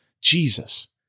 Jesus